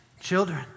children